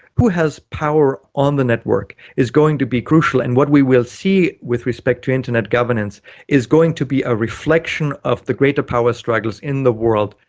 who has power on the network is going to be crucial. and what we will see with respect to internet governance is going to be a reflection of the greater power struggles in the world,